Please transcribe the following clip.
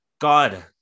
God